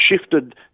shifted